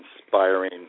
inspiring